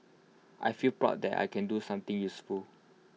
I feel proud that I can do something useful